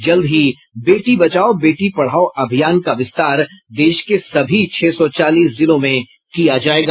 जल्द ही बेटी बचाओ बेटी पढ़ाओ अभियान का विस्तार देश के सभी छह सौ चालीस जिलों में किया जायेगा